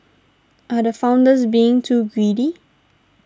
are the founders being too greedy